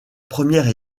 première